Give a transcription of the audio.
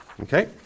Okay